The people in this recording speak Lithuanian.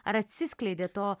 ar atsiskleidė to